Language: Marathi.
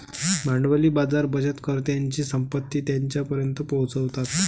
भांडवली बाजार बचतकर्त्यांची संपत्ती त्यांच्यापर्यंत पोहोचवतात